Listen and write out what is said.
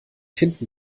hinten